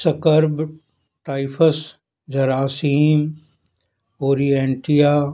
scrub typhus ਜਰਾਸੀਮ Orientia